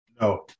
No